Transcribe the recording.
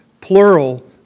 plural